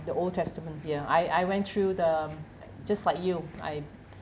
the old testament dear I I went through the um just like you I